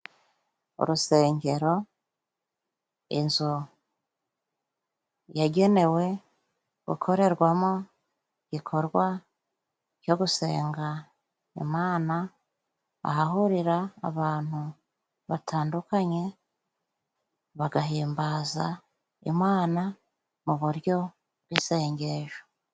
Urusengero, inzu yagenewe gukorerwamo ibikorwa byo gusenga Imana. Ahahurira abantu batandukanye bagahimbaza Imana, mu buryo bw'isengesho.